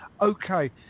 Okay